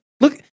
Look